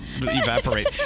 evaporate